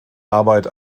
arbeit